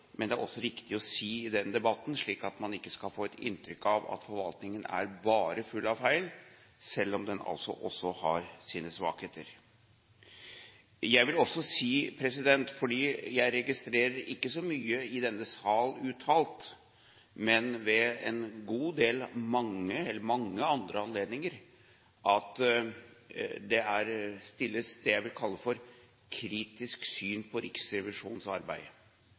men det er også viktig å si det i denne debatten, slik at man ikke skal få et inntrykk av at forvaltningen er full av feil, selv om den altså har sine svakheter. Jeg vil også si – jeg registrerer det ikke så mye uttalt i denne sal, men ved mange andre anledninger – at det rettes det jeg vil kalle for et kritisk syn på Riksrevisjonens arbeid.